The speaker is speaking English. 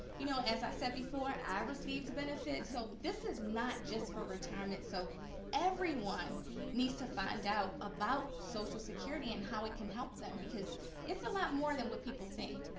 you know as i said i received benefits. so this is not just for retirement. so everyone needs to find out about social security and how it can help them because it's a lot more than what people think.